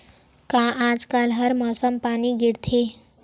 का आज कल हर मौसम पानी गिरथे?